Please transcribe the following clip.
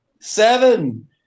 Seven